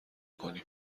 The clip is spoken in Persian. کنیم